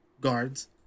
guards